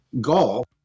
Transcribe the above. golf